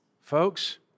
Folks